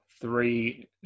three